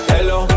Hello